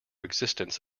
existence